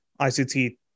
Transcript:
ICT